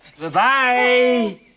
Bye-bye